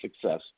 Success